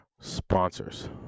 sponsors